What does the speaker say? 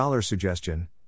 $suggestion